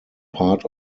part